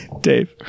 Dave